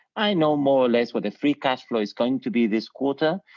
i know more or less what a free cash flow is going to be this quarter,